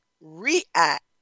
react